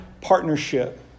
partnership